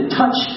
touch